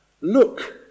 look